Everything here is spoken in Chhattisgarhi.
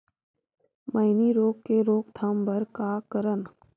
मैनी रोग के रोक थाम बर का करन?